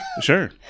Sure